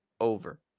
Over